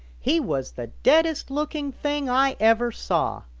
he was the deadest looking thing i ever saw.